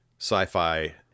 sci-fi